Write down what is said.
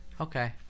Okay